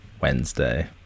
Wednesday